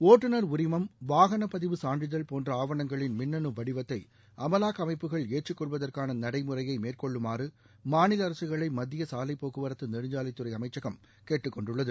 ஒட்டுநர் உரிமம் வாகனப்பதிவு சான்றிதழ் போன்ற ஆவணங்களின் மின்னனு வடிவத்தை அமலாக்க அமைப்புகள் ஏற்றுக்கொள்வதற்கான நடைமுறையை மேற்கொள்ளுமாறு மாநில அரசுகளை மத்திய சாலைப்போக்குவரத்து நெடுஞ்சாலைத் துறை அமைச்சகம் கேட்டுக்கொண்டுள்ளது